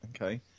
okay